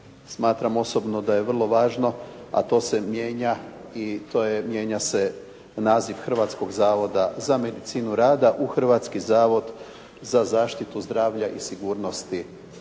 smatram osobno da je vrlo važno, a to se mijenja. I to je, mijenja se naziv Hrvatskog zavoda za medicinu rada u Hrvatski zavod za zaštitu zdravlja i sigurnosti